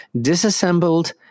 disassembled